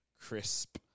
crisp